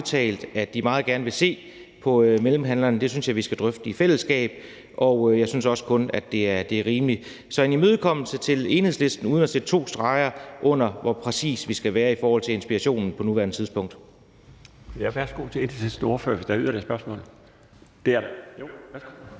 at de meget gerne vil se på mellemhandlerne. Det synes jeg vi skal drøfte i fællesskab, og jeg synes også kun, at det er rimeligt. Så det er en imødekommelse af Enhedslisten uden at sætte to streger under, hvor præcise vi skal være i forhold til inspirationen på nuværende tidspunkt. Kl. 12:30 Den fg. formand (Bjarne Laustsen): Værsgo